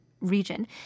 region